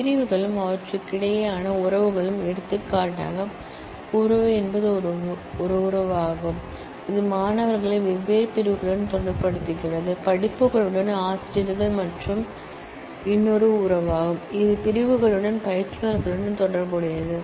section மற்றும் relationship எடுத்துக்காட்டாக relationship என்பது ஒரு ரிலேஷன்ஷிப் இது மாணவர்களை வெவ்வேறு செக்க்ஷன்களுடன் தொடர்புபடுத்துகிறது கோர்சஸ் டீச்சர்ஸ் மற்றொரு ரிலேஷன்ஷிப் இது செக்க்ஷன் மற்றும் இன்ஸ்ட்ரக்டர் உடன் தொடர்புடையது